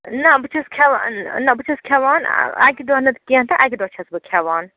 نہ بہٕ چھَس کھٮ۪وان نہ بہٕ چھَس کھٮ۪وان اَکہِ دۄہ نہٕ کیٚنٛہہ تہٕ اَکہِ دۄہ چھَس بہٕ کھٮ۪وان